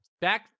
back